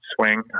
swing